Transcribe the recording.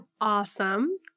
awesome